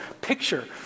picture